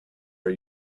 are